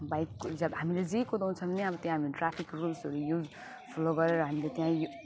बाइकको जब हामीले जे कुदाउँछ भने अब त्यहाँ हामीले ट्राफिक रुल्सहरू युज फोलो गरेर हामीले त्यहाँ यु